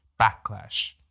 backlash